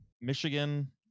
michigan